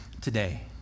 Today